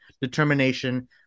determination